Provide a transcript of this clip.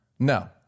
No